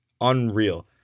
unreal